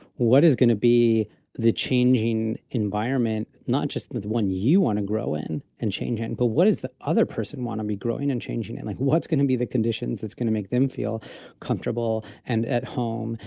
what is going to be the changing environment, not just the one you want to grow in and change? but what is the other person want to be growing and changing? and like, what's going to be the conditions that's going to make them feel comfortable and at home?